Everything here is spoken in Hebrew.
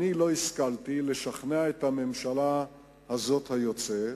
לא השכלתי לשכנע את הממשלה הזאת, היוצאת,